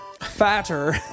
fatter